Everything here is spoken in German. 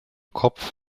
kopf